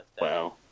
Wow